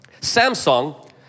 Samsung